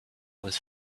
was